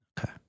Okay